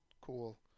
cool